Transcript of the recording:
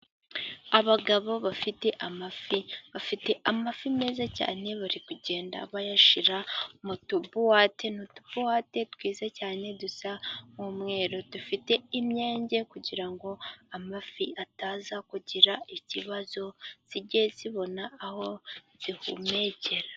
Abagabo bafite amafi, bafite amafi meza cyane, bari kugenda bayashyira mu tubuwate. Ni utubuwate twiza cyane dusa nk'umweru, dufite imyenge kugira ngo amafi ataza kugira ikibazo ,zijye zibona aho zihumekera.